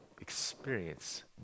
experience